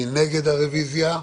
מי נגד הרוויזיה?